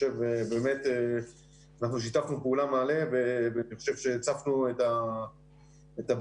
אנחנו באמת שיתפנו פעולה מלא ואני חושב שהצפנו את הבעיות.